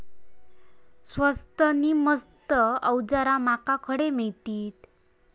स्वस्त नी मस्त अवजारा माका खडे मिळतीत?